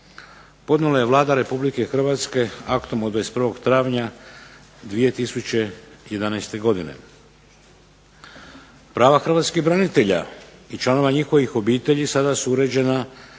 podnijela je Vlada Republike Hrvatske aktom od 21. travnja 2011. godine. Prava hrvatskih branitelja i članova njihovih obitelji sada su uređena